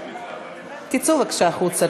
תצאו בבקשה החוצה,